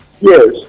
yes